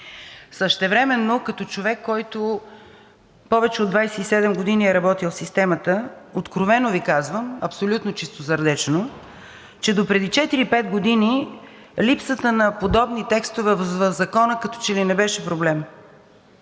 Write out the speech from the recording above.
Същевременно, като човек, който повече от 27 години е работил в системата, откровено Ви казвам, абсолютно чистосърдечно, че допреди четири-пет години липсата на подобни текстове в Закона като че ли не беше проблем.